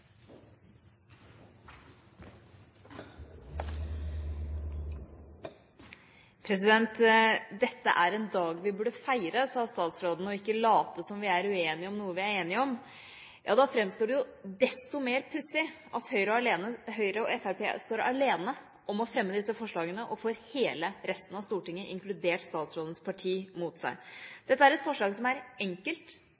uenige om noe vi er enige om. Da framstår det desto mer pussig at Høyre og Fremskrittspartiet står alene om å fremme dette forslaget og får hele resten av Stortinget, inkludert statsrådens parti, mot